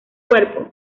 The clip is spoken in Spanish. cuerpo